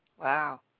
Wow